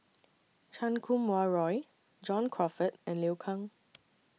Chan Kum Wah Roy John Crawfurd and Liu Kang